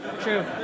true